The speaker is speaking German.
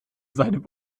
seinem